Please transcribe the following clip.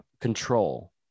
control